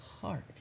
heart